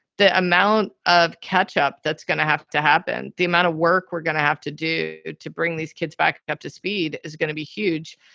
the amount of catch up that's going to have to happen. the amount of work we're going to have to do to bring these kids back up to speed is going to be huge.